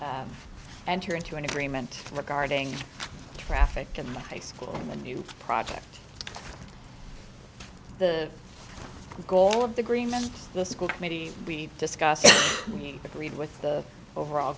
u enter into an agreement regarding traffic in the high school in the new project the goal of the agreement the school committee we discussed and you agreed with the overall